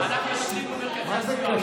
מה זה שייך?